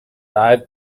dive